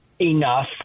enough